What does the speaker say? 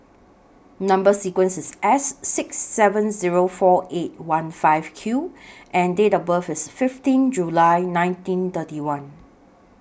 Number sequence IS S six seven Zero four eight one five Q and Date of birth IS fifteen July nineteen thirty one